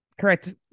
Correct